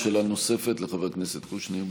שאלה נוספת לחבר הכנסת קושניר.